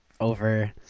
over